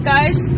Guys